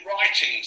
writings